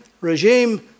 regime